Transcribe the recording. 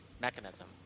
mechanism